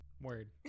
Word